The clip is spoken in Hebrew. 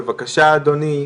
בבקשה אדוני,